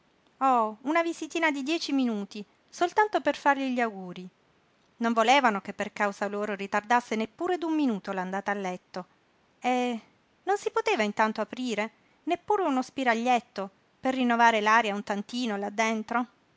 oh una visitina di dieci minuti soltanto per fargli gli augurii non volevano che per causa loro ritardasse neppure d'un minuto l'andata a letto e non si poteva intanto aprire neppure uno spiraglietto per rinnovare l'aria un tantino là dentro